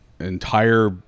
entire